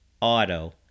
Auto